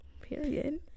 period